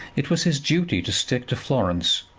it was his duty to stick to florence,